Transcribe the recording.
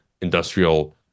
industrial